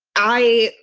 i.